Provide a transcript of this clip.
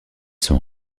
sont